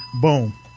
Boom